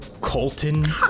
Colton